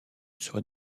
serait